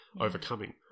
overcoming